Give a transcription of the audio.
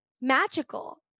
magical